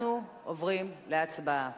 אנחנו עוברים להצבעה.